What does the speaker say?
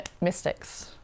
Mystics